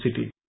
city